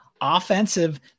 offensive